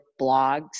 blogs